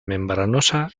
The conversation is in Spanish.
membranosa